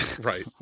Right